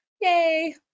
Yay